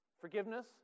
Forgiveness